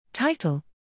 Title